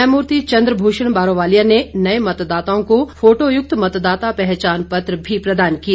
न्यायमूर्ति चंद्र भूषण बारोवालिया ने नए मतदाताओं को फोटोयुक्त मतदाता पहचानपत्र भी प्रदान किए